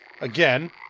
again